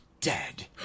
dead